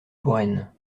touraine